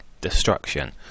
destruction